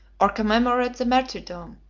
or commemorate the martyrdom,